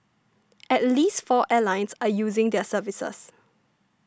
at least four airlines are using their services